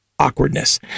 awkwardness